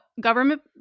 government